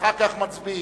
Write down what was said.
ואחר כך מצביעים.